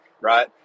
right